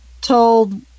told